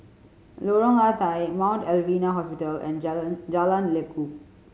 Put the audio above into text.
Lorong Ah Thia Mount Alvernia Hospital and Jalan Jalan Lekub